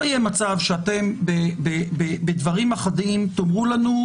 לא יהיה מצב שבדברים אחדים תאמרו לנו: